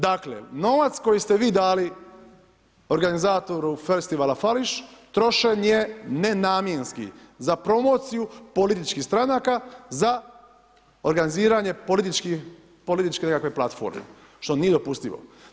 Dakle, novac koji ste vi dali organizatori festivala Fališ, trošen je nenamjenski, za promociju političkih stranka, za organiziranje političke platforme, što nije dopustivo.